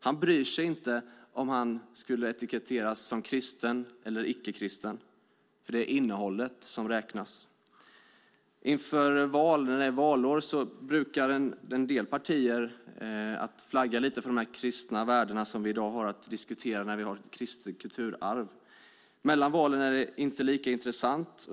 Han bryr sig inte om huruvida han etiketteras som kristen eller icke-kristen. Det är innehållet som räknas. När det är valår brukar en del partier flagga lite för de kristna värden som vi i dag har att diskutera när vi behandlar kristet kulturarv. Mellan valen är det inte lika intressant.